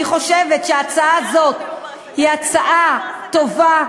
אני חושבת שההצעה הזאת היא הצעה טובה,